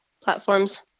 platforms